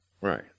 right